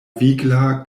vigla